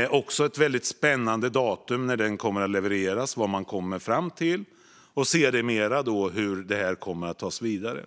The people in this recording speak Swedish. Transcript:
Det är också väldigt spännande att se vad den kommer fram till. Det gäller sedermera hur det kommer att tas vidare.